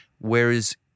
Whereas